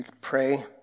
pray